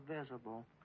visible